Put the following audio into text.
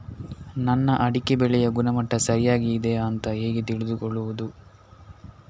ನನ್ನ ಅಡಿಕೆ ಬೆಳೆಯ ಗುಣಮಟ್ಟ ಸರಿಯಾಗಿ ಇದೆಯಾ ಅಂತ ಹೇಗೆ ತಿಳಿದುಕೊಳ್ಳುವುದು?